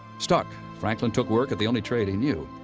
stuck, franklin took work at the only trade he knew.